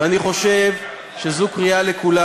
ואני חושב שזו קריאה לכולם.